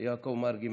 יעקב מרגי,